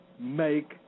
make